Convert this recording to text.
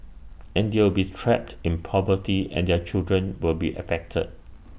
and they will be trapped in poverty and their children will be affected